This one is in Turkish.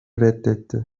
reddetti